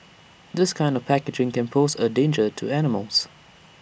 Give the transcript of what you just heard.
this kind of packaging can pose A danger to animals